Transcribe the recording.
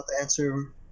answer